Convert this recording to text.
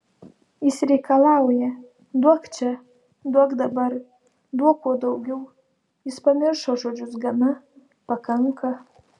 jis reikalauja duok čia duok dabar duok kuo daugiau jis pamiršo žodžius gana pakanka